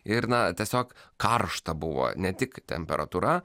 ir na tiesiog karšta buvo ne tik temperatūra